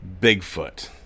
Bigfoot